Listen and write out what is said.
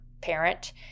parent